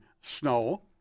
snow